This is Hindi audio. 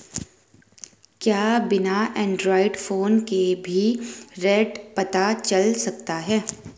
क्या बिना एंड्रॉयड फ़ोन के भी रेट पता चल सकता है?